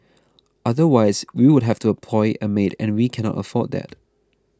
otherwise we would have to employ a maid and we cannot afford that